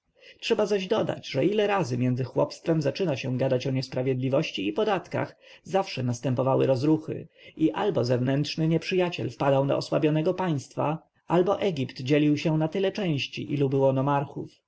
trzeba zaś dodać że ile razy między chłopstwem zaczynają gadać o niesprawiedliwości i podatkach zawsze następowały rozruchy i albo zewnętrzny nieprzyjaciel wpadał do osłabionego państwa albo egipt dzielił się na tyle części ilu było